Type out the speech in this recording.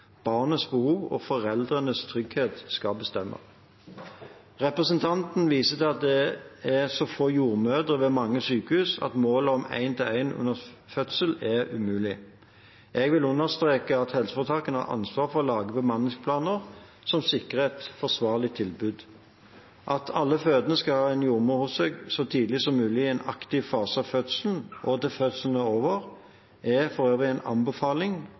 Barnets behov og foreldrenes trygghet skal bestemme. Representanten viser til at det er så få jordmødre ved mange sykehus at målet om én-til-én under fødsel er umulig. Jeg vil understreke at helseforetakene har ansvar for å lage bemanningsplaner som sikrer et forsvarlig tilbud. At alle fødende skal ha en jordmor hos seg så tidlig som mulig i en aktiv fase av fødselen og til fødselen er over, er for øvrig en anbefaling,